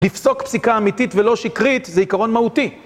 לפסוק פסיקה אמיתית ולא שקרית זה עיקרון מהותי.